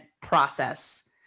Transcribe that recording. process